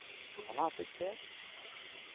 ᱚᱱᱟ ᱦᱚᱛᱮᱫ ᱛᱮ